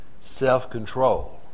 self-control